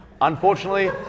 Unfortunately